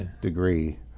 degree